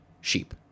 sheep